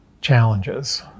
challenges